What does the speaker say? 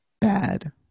Bad